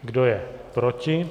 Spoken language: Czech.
Kdo je proti?